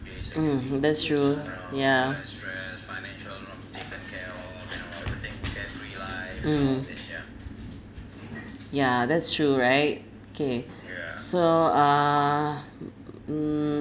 mm mm that's true ya mm ya that's true right okay so uh mm